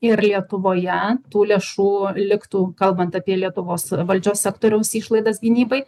ir lietuvoje tų lėšų liktų kalbant apie lietuvos valdžios sektoriaus išlaidas gynybai